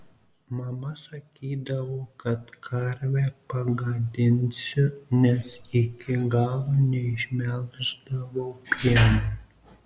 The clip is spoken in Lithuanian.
mama sakydavo kad karvę pagadinsiu nes iki galo neišmelždavau pieno